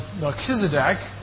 Melchizedek